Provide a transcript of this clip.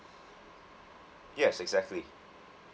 yes exactly